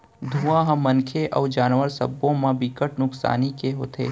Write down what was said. धुंआ ह मनखे अउ जानवर सब्बो म बिकट नुकसानी के होथे